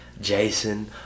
Jason